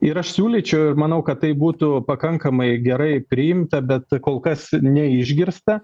ir aš siūlyčiau ir manau kad tai būtų pakankamai gerai priimta bet kol kas neišgirsta